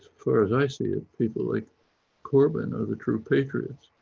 far as i see it, people like corbyn are the true patriots.